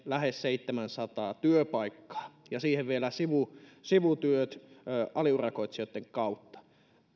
lähes seitsemänsataa työpaikkaa ja siihen vielä sivutyöt sivutyöt aliurakoitsijoitten kautta